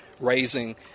raising